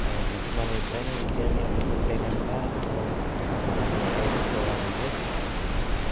విజయం మనం ఎప్పుడైనా విజయాన్ని అందుకుంటే కనుక మనం దాన్ని ఎలా ఎదుర్కోవాలంటే